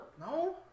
no